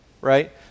Right